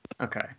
Okay